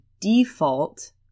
default